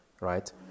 right